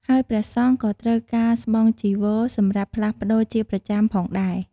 ហើយព្រះសង្ឃក៏ត្រូវការស្បង់ចីវរសម្រាប់ផ្លាស់ប្ដូរជាប្រចាំផងដែរ។